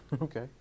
Okay